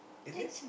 is it